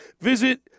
Visit